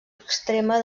extrema